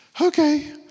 okay